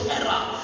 error